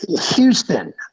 Houston